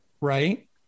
right